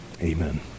amen